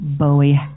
bowie